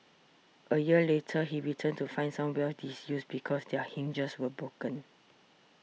a year later he returned to find some wells disused because their hinges were broken